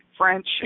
French